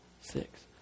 six